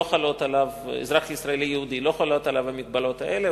לא חלות עליו המגבלות האלה,